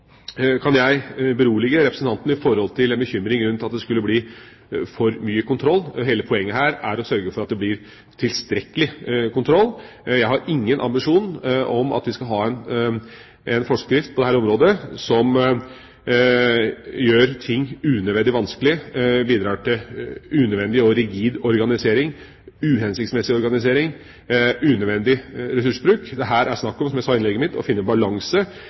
kan jeg berolige representanten Skumsvoll når det gjelder bekymringa for at det skulle bli for mye kontroll. Hele poenget her er å sørge for at det blir tilstrekkelig kontroll. Jeg har ingen ambisjon om at vi skal ha en forskrift på dette området som gjør ting unødvendig vanskelig, bidrar til unødvendig og rigid organisering, uhensiktsmessig organisering og unødvendig ressursbruk. Det er her snakk om, som jeg sa i innlegget mitt, å finne en balanse